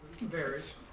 varies